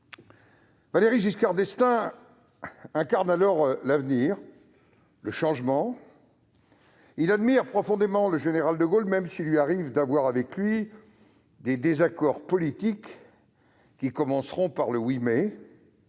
Valéry Giscard d'Estaing incarne alors l'avenir, le changement. Il admire profondément le général de Gaulle, même s'il lui arrive d'avoir avec celui-ci des désaccords politiques, qui ont commencé par le « oui,